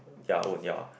ya own ya